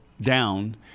down